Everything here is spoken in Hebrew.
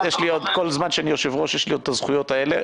כל זמן שאני היושב-ראש יש רק לי את הזכויות האלה.